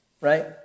right